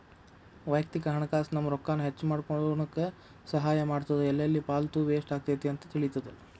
ವಯಕ್ತಿಕ ಹಣಕಾಸ್ ನಮ್ಮ ರೊಕ್ಕಾನ ಹೆಚ್ಮಾಡ್ಕೊನಕ ಸಹಾಯ ಮಾಡ್ತದ ಎಲ್ಲೆಲ್ಲಿ ಪಾಲ್ತು ವೇಸ್ಟ್ ಆಗತೈತಿ ಅಂತ ತಿಳಿತದ